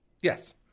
Yes